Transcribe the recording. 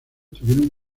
tuvieron